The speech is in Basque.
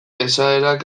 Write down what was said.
esaerak